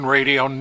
Radio